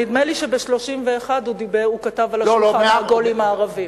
נדמה לי שב-1931 הוא כתב "על שולחן עגול עם הערבים".